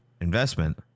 investment